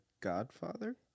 godfather